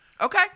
Okay